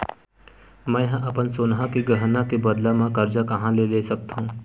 मेंहा अपन सोनहा के गहना के बदला मा कर्जा कहाँ ले सकथव?